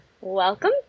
welcome